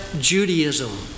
Judaism